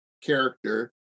character